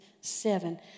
seven